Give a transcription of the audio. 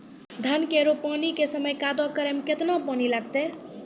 धान के रोपणी के समय कदौ करै मे केतना पानी लागतै?